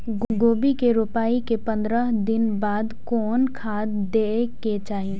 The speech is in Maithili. गोभी के रोपाई के पंद्रह दिन बाद कोन खाद दे के चाही?